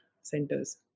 centers